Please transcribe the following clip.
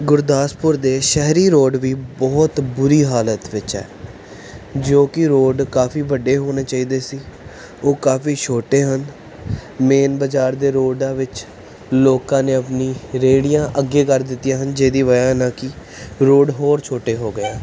ਗੁਰਦਾਸਪੁਰ ਦੇ ਸ਼ਹਿਰੀ ਰੋਡ ਵੀ ਬਹੁਤ ਬੁਰੀ ਹਾਲਤ ਵਿੱਚ ਹੈ ਜੋ ਕਿ ਰੋਡ ਕਾਫੀ ਵੱਡੇ ਹੋਣੇ ਚਾਹੀਦੇ ਸੀ ਉਹ ਕਾਫੀ ਛੋਟੇ ਹਨ ਮੇਨ ਬਜ਼ਾਰ ਦੇ ਰੋਡਾਂ ਵਿੱਚ ਲੋਕਾਂ ਨੇ ਆਪਣੀ ਰੇਹੜੀਆਂ ਅੱਗੇ ਕਰ ਦਿੱਤੀਆਂ ਹਨ ਜਿਹਦੀ ਵਜ੍ਹਾ ਨਾਲ ਕਿ ਰੋਡ ਹੋਰ ਛੋਟੇ ਹੋ ਗਏ ਹੈ